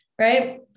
Right